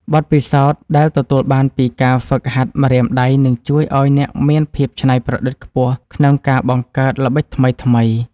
បទពិសោធន៍ដែលទទួលបានពីការហ្វឹកហាត់ម្រាមដៃនឹងជួយឱ្យអ្នកមានភាពច្នៃប្រឌិតខ្ពស់ក្នុងការបង្កើតល្បិចថ្មីៗ។